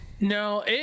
No